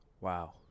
Wow